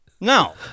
no